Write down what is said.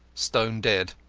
stone dead.